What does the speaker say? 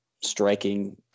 striking